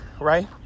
right